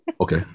okay